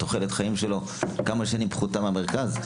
תוחלת החיים שלו כמה שנים פחותה מהמרכז,